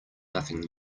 nothing